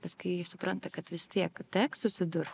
nes kai supranta kad vis tiek teks susidurt